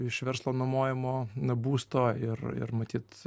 iš verslo nuomojamo būsto ir ir matyt